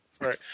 right